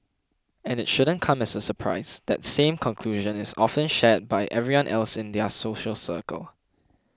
and it shouldn't come as a surprise that same conclusion is often shared by everyone else in their social circle